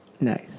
Nice